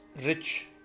rich